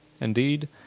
Indeed